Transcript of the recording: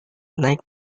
naik